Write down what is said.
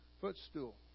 footstool